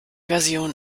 version